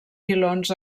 filons